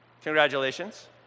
Congratulations